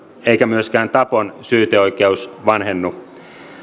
eikä myöskään tapon syyteoikeus vanhennu